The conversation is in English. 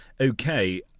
okay